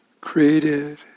created